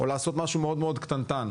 או לעשות משהו מאוד מאוד קטנטן.